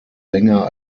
länger